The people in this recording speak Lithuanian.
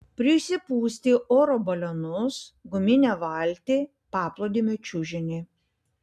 prisipūsti oro balionus guminę valtį paplūdimio čiužinį